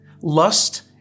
Lust